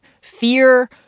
fear